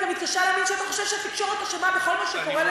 אני גם מתקשה להאמין שאתה חושב שהתקשורת אשמה בכל מה שקורה לנו,